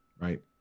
right